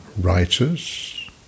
writers